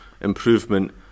improvement